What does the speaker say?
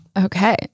Okay